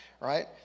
right